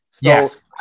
yes